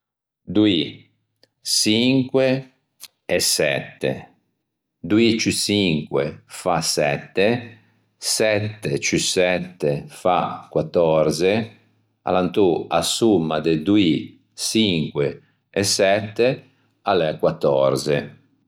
doî, çinque e sette. Doî ciù çinque fa sette, sette ciù sette fa quattòrze, alantô a somma de doî, çinque e sette a l'é quattòrze